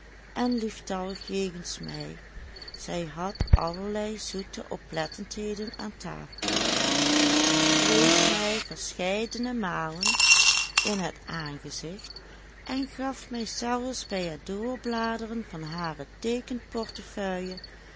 en lieftallig jegens mij zij had allerlei zoete oplettendheden aan tafel prees mij verscheidene malen in het aangezicht en gaf mij zelfs bij het doorbladeren van hare teekenportefeuille